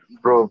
bro